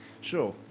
sure